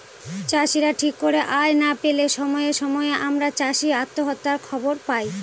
চাষীরা ঠিক করে আয় না পেলে সময়ে সময়ে আমরা চাষী আত্মহত্যার খবর পায়